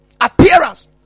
appearance